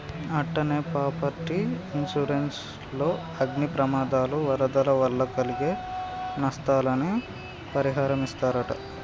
అట్టనే property insurance లో అగ్ని ప్రమాదాలు, వరదల వల్ల కలిగే నస్తాలని పరిహారమిస్తరట